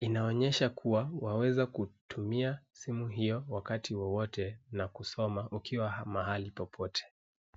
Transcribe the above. Inaonyesha kuwa waweza kutumia simu hiyo wakati wowote na ukisoma ukiwa mahali popote.